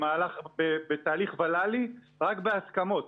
רק בהסכמות.